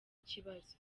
ikibazo